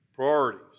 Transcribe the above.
Priorities